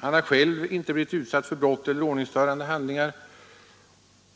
Han har själv inte blivit utsatt för brott eller ordningsstörande handlingar,